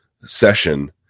session